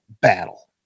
battle